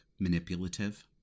manipulative